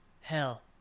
Hell